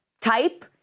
type